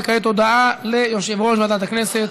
כעת הודעה ליושב-ראש ועדת הכנסת,